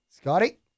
Scotty